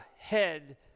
ahead